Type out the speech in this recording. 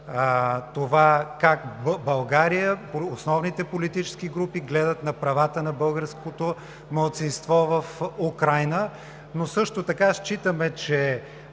това как в България основните политически групи гледат на правата на българското малцинство в Украйна. Но също така считаме, че